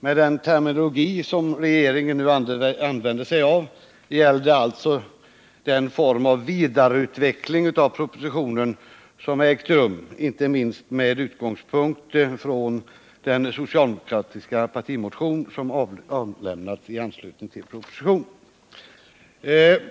Med den terminologi som regeringen nu använder gäller det alltså den form av vidareutveckling av propositionen som har ägt rum, inte minst med utgångspunkt i den socialdemokratiska partimotion som har avlämnats i anslutning till propositionen.